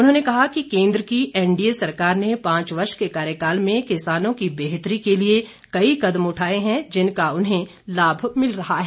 उन्होंने कहा कि केंद्र की एनडीए सरकार ने पांच वर्ष के कार्यकाल में किसानों की बेहतरी के लिए कई कदम उठाए हैं जिनका उन्हें लाभ मिल रहा है